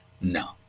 No